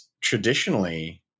traditionally